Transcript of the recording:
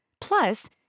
Plus